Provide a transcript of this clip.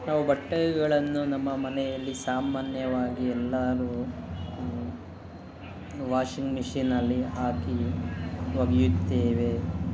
ನಾವು ಬಟ್ಟೆಗಳನ್ನು ನಮ್ಮ ಮನೆಯಲ್ಲಿ ಸಾಮಾನ್ಯವಾಗಿ ಎಲ್ಲರೂ ವಾಶಿಂಗ್ ಮಿಷಿನಲ್ಲಿ ಹಾಕಿ ಒಗೆಯುತ್ತೇವೆ